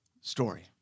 story